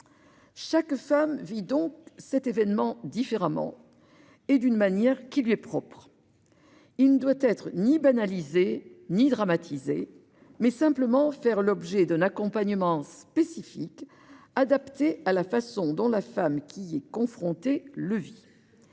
Chaque femme vit donc cet événement différemment et d'une manière qui lui est propre. Il ne doit être ni banalisé ni dramatisé. Il doit simplement faire l'objet d'un accompagnement spécifique, adapté à la façon dont la femme qui y est confrontée le vit.